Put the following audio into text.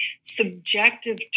subjective